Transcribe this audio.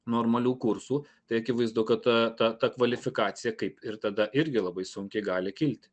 normalių kursų tai akivaizdu kad ta ta kvalifikacija kaip ir tada irgi labai sunkiai gali kilti